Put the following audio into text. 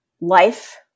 life